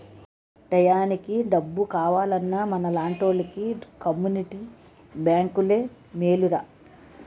టయానికి డబ్బు కావాలన్నా మనలాంటోలికి కమ్మునిటీ బేంకులే మేలురా